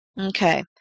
Okay